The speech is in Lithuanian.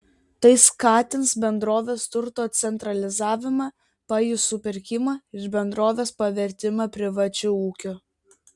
tai skatins bendrovės turto centralizavimą pajų supirkimą ir bendrovės pavertimą privačiu ūkiu